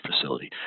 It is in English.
facility